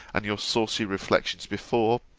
and your saucy reflections before,